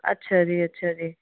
ਅੱਛਾ ਜੀ ਅੱਛਾ ਜੀ